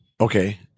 Okay